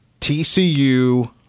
TCU